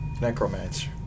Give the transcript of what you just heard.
Necromancer